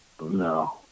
No